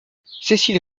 cécile